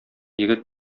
егет